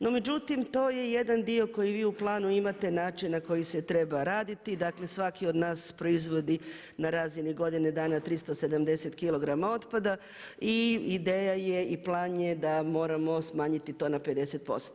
No, međutim to je jedan dio koji bi u planu imate način na koji se treba raditi, dakle svaki od nas proizvodi na razini godine dana 370 kilograma otpada i ideja je i plan je da moramo smanjiti to na 50%